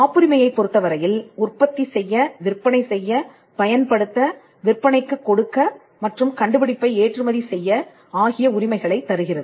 காப்புரிமையைப் பொருத்தவரையில் உற்பத்தி செய்ய விற்பனை செய்ய பயன்படுத்த விற்பனைக்கு கொடுக்க மற்றும் கண்டுபிடிப்பை ஏற்றுமதி செய்ய ஆகிய உரிமைகளைத் தருகிறது